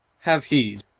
have heed,